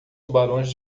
tubarões